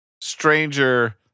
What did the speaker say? stranger